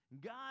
God